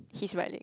his right leg